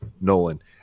Nolan